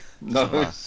No